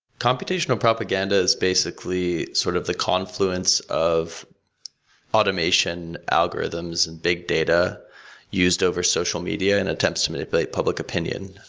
computational propaganda is basically sort of the confluence of automation algorithms and big data used over social media and attempts to manipulate public opinion.